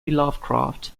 lovecraft